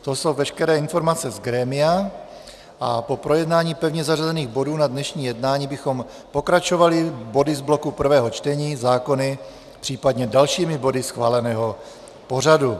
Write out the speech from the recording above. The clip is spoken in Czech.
To jsou veškeré informace z grémia a po projednání pevně zařazených bodů na dnešní jednání bychom pokračovali body z bloku 1. čtení zákony, případně dalšími body schváleného pořadu.